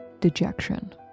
dejection